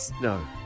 No